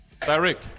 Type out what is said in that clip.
direct